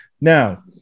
Now